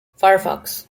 firefox